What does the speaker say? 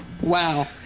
Wow